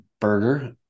burger